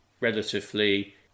relatively